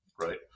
right